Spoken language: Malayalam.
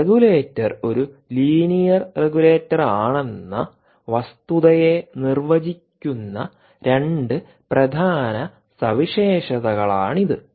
റെഗുലേറ്റർ ഒരു ലീനിയർ റെഗുലേറ്ററാണെന്ന വസ്തുതയെ നിർവചിക്കുന്ന 2 പ്രധാന സവിശേഷതകളാണിത്